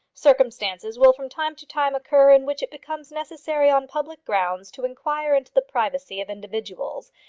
circumstances will from time to time occur in which it becomes necessary on public grounds to inquire into the privacy of individuals,